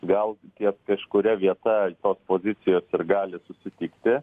gal ties kažkuria vieta tos pozicijos ir gali susitikti